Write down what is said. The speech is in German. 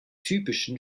typischen